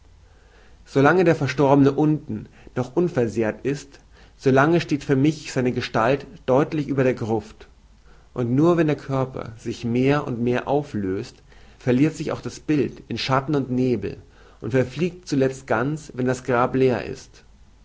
lange der verstorbene unten noch unversehrt ist so lange steht für mich seine gestalt deutlich über der gruft und nur wenn der körper sich mehr und mehr auflöst verliert sich auch das bild in schatten und nebel und verfliegt zulezt ganz wenn das grab leer ist